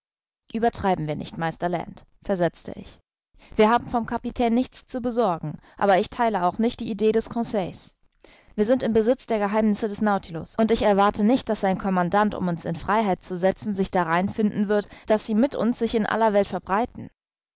uebertreiben wir nicht meister land versetzte ich wir haben vom kapitän nichts zu besorgen aber ich theile auch nicht die idee conseil's wir sind im besitz der geheimnisse des nautilus und ich erwarte nicht daß sein commandant um uns in freiheit zu setzen sich darein finden wird daß sie mit uns sich in aller welt verbreiten